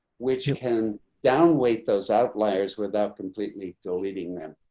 which you can down wait those outliers without completely deleting them.